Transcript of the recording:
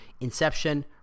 inception